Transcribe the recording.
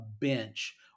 bench